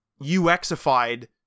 UXified